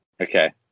Okay